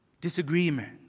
Disagreement